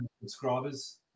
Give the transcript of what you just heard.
subscribers